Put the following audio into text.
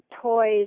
toys